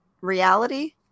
reality